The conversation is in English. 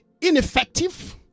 ineffective